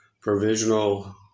provisional